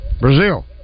Brazil